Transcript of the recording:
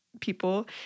people